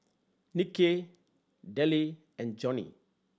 Niki Delle and Joni